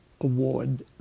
Award